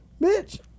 Bitch